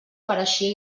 pareixia